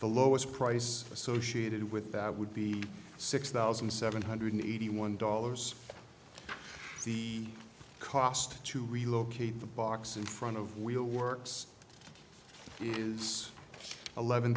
the lowest price associated with that would be six thousand seven hundred eighty one dollars cost to relocate the box in front of wheel works is eleven